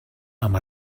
amb